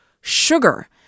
sugar